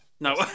No